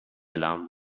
alarm